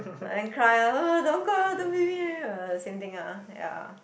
and cry ah don't cry ah same thing ah ya